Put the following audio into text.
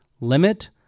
limit